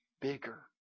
bigger